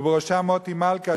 ובראשם מוטי מלכה,